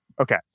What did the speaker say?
Okay